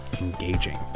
engaging